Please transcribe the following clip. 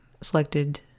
selected